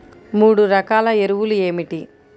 మూడు రకాల ఎరువులు ఏమిటి?